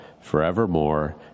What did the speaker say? forevermore